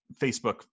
Facebook